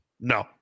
No